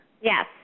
Yes